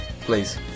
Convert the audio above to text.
please